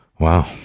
Wow